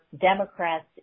Democrats